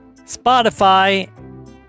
spotify